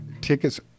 tickets